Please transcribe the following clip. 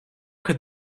could